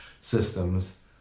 systems